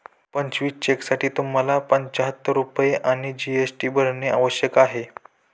पंचवीस चेकसाठी तुम्हाला पंचाहत्तर रुपये आणि जी.एस.टी भरणे आवश्यक आहे